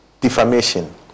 defamation